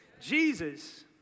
Jesus